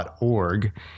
org